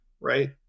right